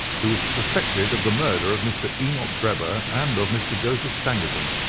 who was suspected of the murder of mr. enoch drebber and of mr. joseph stangerson.